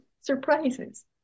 surprises